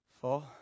full